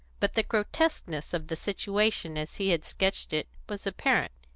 but the grotesqueness of the situation as he had sketched it was apparent.